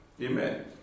Amen